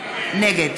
נגד